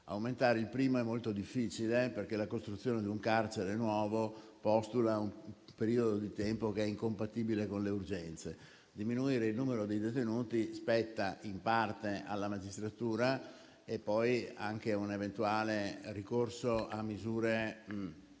Aumentare il primo fattore è molto difficile, perché la costruzione di un nuovo carcere postula un periodo di tempo che è incompatibile con le urgenze. Diminuire il numero dei detenuti spetta, in parte, alla magistratura e anche a un'eventuale ricorso a misure